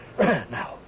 Now